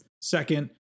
Second